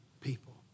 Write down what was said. people